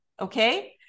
okay